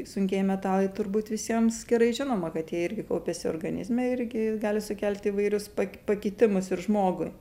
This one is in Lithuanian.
sunkieji metalai turbūt visiems gerai žinoma kad jie irgi kaupiasi organizme irgi gali sukelti įvairius pak pakitimus ir žmogui